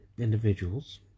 Individuals